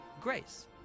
grace